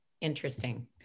Interesting